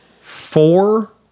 four